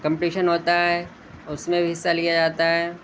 competition ہوتا ہے اس میں بھی حصہ لیا جاتا ہے